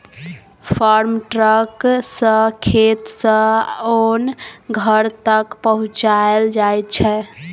farm truck सँ खेत सँ ओन घर तक पहुँचाएल जाइ छै